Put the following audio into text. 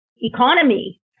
economy